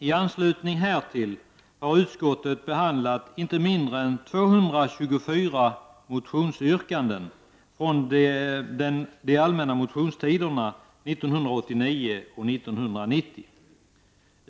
I anslutning härtill har utskottet behandlat inte mindre än 224 motionsyrkanden från de allmänna motionstiderna 1989 och 1990.